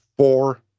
Four